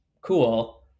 cool